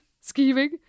scheming